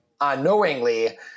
unknowingly